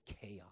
chaos